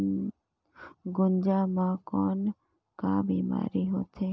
गुनजा मा कौन का बीमारी होथे?